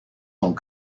sont